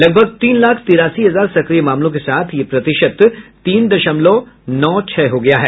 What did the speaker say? लगभग तीन लाख तिरासी हजार सक्रिय मामलों के साथ यह प्रतिशत तीन दशमलव नौ छह हो गया है